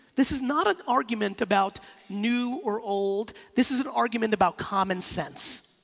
this is not an argument about new or old. this is an argument about common sense.